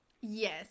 yes